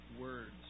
words